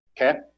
Okay